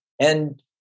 And-